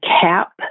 cap